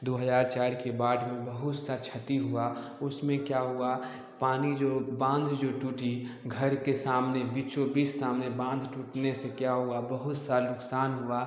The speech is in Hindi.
दो हज़ार चार के बाढ़ में बहुत सा छती हुआ उसमें क्या हुआ पानी जो बाँध जो टूटी घर के सामने बीचो बीच सामने बाँध टूटने से क्या हुआ बहुत सा नुकसान हुआ